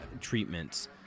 treatments